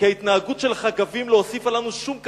כי ההתנהגות של חגבים לא הוסיפה לנו שום כבוד.